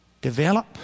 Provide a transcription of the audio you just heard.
develop